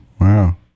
wow